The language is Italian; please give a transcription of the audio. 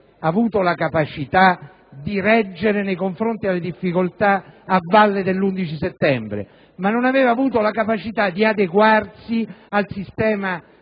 avuto la capacità di reggere nei confronti delle difficoltà a valle dell'11 settembre, ma non aveva avuto la capacità di adeguarsi al sistema *low